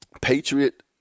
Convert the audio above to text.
Patriot